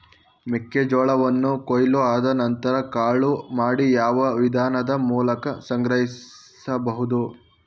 ಮೆಕ್ಕೆ ಜೋಳವನ್ನು ಕೊಯ್ಲು ಆದ ನಂತರ ಕಾಳು ಮಾಡಿ ಯಾವ ವಿಧಾನದ ಮೂಲಕ ಸಂಗ್ರಹಿಸಬಹುದು?